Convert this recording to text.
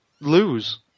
lose